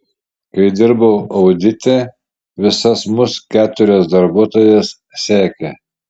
kai dirbau audite visas mus keturias darbuotojas sekė